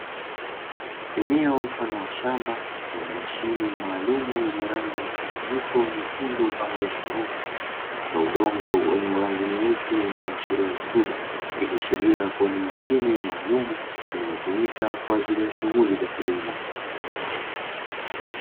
Eneo mfano wa shamba lenye mashine maalumu yenye rangi mchanganyiko nyekundu pamoja na nyeusi katika udongo wenye rangi nyeusi wenye kuashiria rutuba, ikiashiria kuwa ni mashine maalumu inayotumika kwa ajili ya shughuli za kilimo.